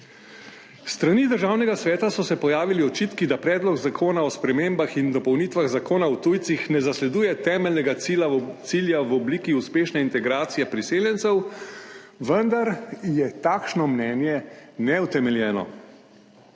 S strani Državnega sveta so se pojavili očitki, da Predlog zakona o spremembah in dopolnitvah Zakona o tujcih ne zasleduje temeljnega cilja v obliki uspešne integracije priseljencev, vendar je takšno mnenje neutemeljeno.